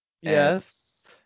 Yes